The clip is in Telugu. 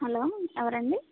హలో ఎవరండి